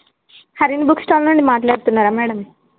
Harini book stall నుండి మాట్లాడుతున్నారా madam